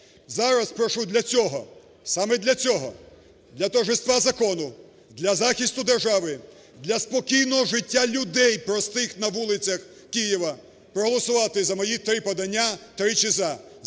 Зараз прошу для цього, саме для цього – для торжества Закону, для захисту держави, для спокійного життя людей простих на вулицях Києва – проголосувати за мої три подання три "за":